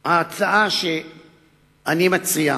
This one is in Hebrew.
ההצעה שאני מציע,